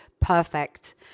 perfect